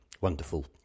Wonderful